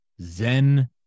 zen